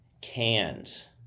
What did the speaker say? cans